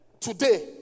Today